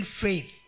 faith